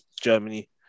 Germany